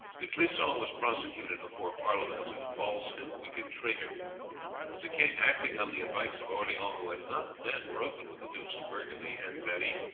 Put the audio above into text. de clisson was prosecuted before parliament as a false and wicked traitor but the king, acting on the advice of orleans, who had not then broken with the dukes of burgundy and berri,